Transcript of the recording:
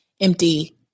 empty